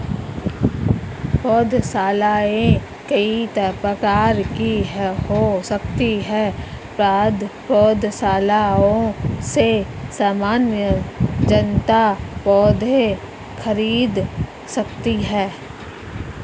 पौधशालाएँ कई प्रकार की हो सकती हैं पौधशालाओं से सामान्य जनता पौधे खरीद सकती है